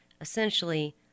essentially